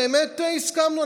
באמת הסכמנו,